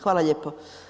Hvala lijepo.